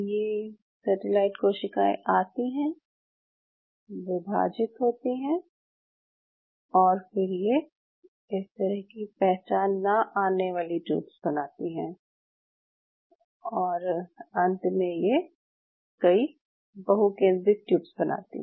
ये सेटेलाइट कोशिकाएं आती हैं विभाजित होती हैं और फिर ये इस तरह की पहचान ना आने वाली ट्यूब्स बनाती हैं और अंत में ये कई बहुकेंद्रित ट्यूब्स बनाती हैं